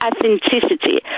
authenticity